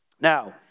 Now